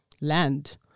land